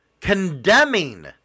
condemning